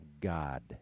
God